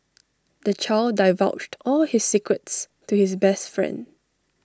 the child divulged all his secrets to his best friend